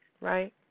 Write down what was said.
right